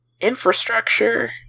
infrastructure